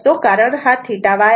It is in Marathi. कारण हा θY आहे